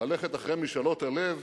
ללכת אחרי משאלות הלב.